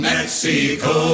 Mexico